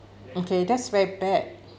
okay that's very bad